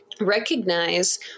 recognize